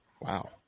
Wow